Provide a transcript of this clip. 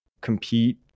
compete